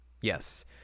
yes